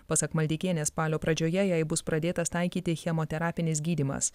pasak maldeikienės spalio pradžioje jai bus pradėtas taikyti chemoterapinis gydymas